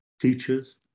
teachers